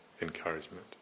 encouragement